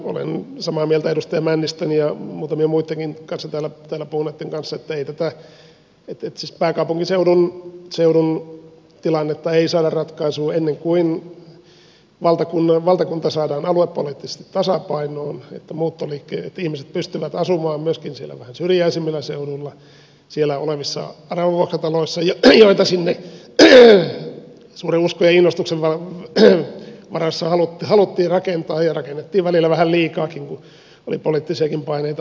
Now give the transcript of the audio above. olen samaa mieltä edustaja männistön ja muutamien muittenkin täällä puhuneitten kanssa että pääkaupunkiseudun tilannetta ei saada ratkaisuun ennen kuin valtakunta saadaan aluepoliittisesti tasapainoon että ihmiset pystyvät asumaan myöskin siellä vähän syrjäisemmillä seuduilla siellä olevissa aravavuokrataloissa joita sinne suuren uskon ja innostuksen varassa haluttiin rakentaa ja rakennettiin välillä vähän liikaakin kun oli poliittisiakin paineita